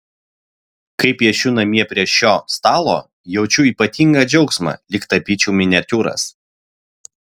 kai piešiu namie prie šio stalo jaučiu ypatingą džiaugsmą lyg tapyčiau miniatiūras